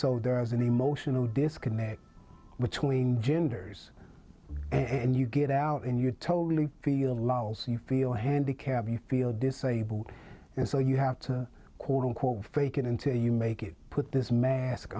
so there is an emotional disconnect between genders and you get out and you totally feel lousy you feel handicapped you feel disabled and so you have to quote unquote fake it until you make it put this mask